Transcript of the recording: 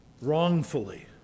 wrongfully